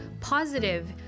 positive